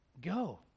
Go